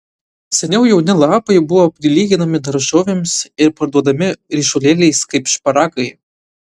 seniau jauni lapai buvo prilyginami daržovėms ir parduodami ryšulėliais kaip šparagai